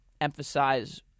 emphasize